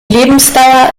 lebensdauer